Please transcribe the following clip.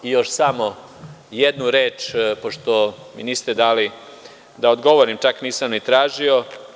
Još samo jednu reč, pošto mi niste dali da odgovorim, čak nisam ni tražio.